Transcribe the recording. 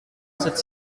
sept